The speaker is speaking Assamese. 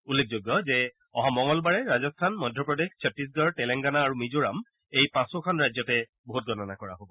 উল্লেখযোগ্য যে অহা মঙলবাৰে ৰাজস্থানমধ্যপ্ৰদেশ ছত্তিশগড় তেলেংগানা আৰু মিজোৰাম এই পাঁচোখন ৰাজ্যতে ভোটগণনা কৰা হব